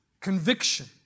conviction